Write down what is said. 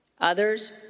Others